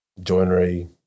joinery